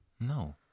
No